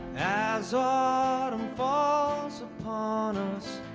as ah autumn falls upon us,